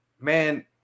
man